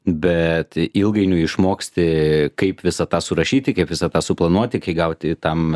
bet ilgainiui išmoksti kaip visą tą surašyti kaip visą tą suplanuoti kai gauti tam